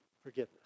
Forgiveness